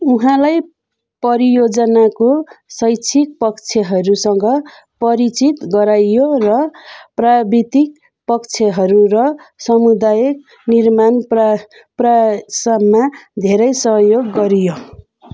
उहाँलाई परियोजनाको शैक्षिक पक्षहरूसँग परिचित गराइयो र प्राविधिक पक्षहरू र समुदाय निर्माण प्र प्रयासमा धेरै सहयोग गरियो